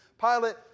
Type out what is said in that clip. Pilate